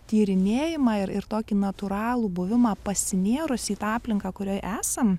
tyrinėjimą ir ir tokį natūralų buvimą pasinėrus į tą aplinką kurioj esam